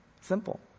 Simple